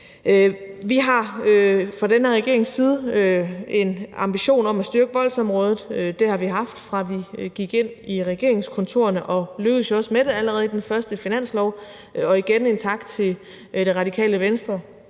Vi har fra denne regerings side en ambition om at styrke voldsområdet. Det har vi haft, fra vi gik ind i regeringskontorerne, og vi lykkedes jo også med det allerede i den første finanslov. Og igen en tak til Radikale Venstre,